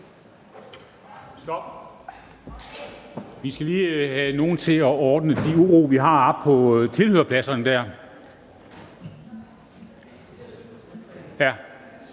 Stop! Vi skal lige have nogle til at ordne den uro, vi har oppe på tilhørerpladserne. Vi